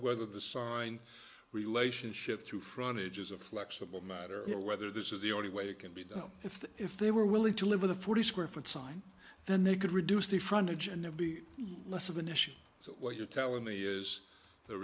whether the sign relationship to frontage is a flexible matter here whether this is the only way it can be done if if they were willing to live with a forty square foot sign then they could reduce the frontage and there be less of an issue so what you're telling me is the